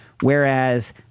Whereas